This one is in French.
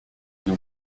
nous